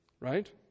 Right